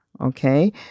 okay